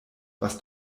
was